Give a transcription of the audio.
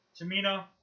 Tamina